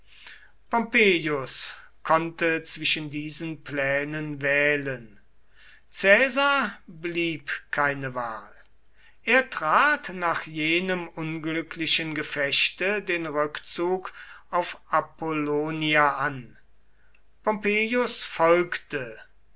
pompeius konnte zwischen diesen plänen wählen caesar blieb keine wahl er trat nach jenem unglücklichen gefechte den rückzug auf apollonia an pompeius folgte